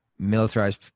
militarized